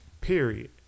Period